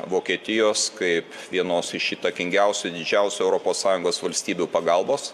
vokietijos kaip vienos iš įtakingiausių didžiausių europos sąjungos valstybių pagalbos